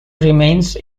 remains